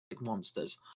monsters